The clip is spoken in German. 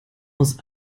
aus